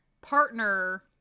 partner